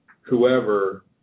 whoever